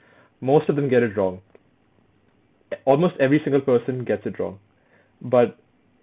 most of them get it wrong e~ almost every single person gets it wrong but